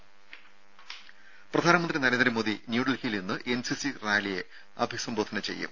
ദ്ദേ പ്രധാനമന്ത്രി നരേന്ദ്രമോദി ന്യൂഡൽഹിയിൽ ഇന്ന് എൻ സി സി റാലിയെ അഭിസംബോധന ചെയ്യും